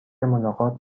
ملاقات